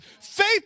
Faith